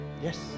Yes